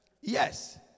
Yes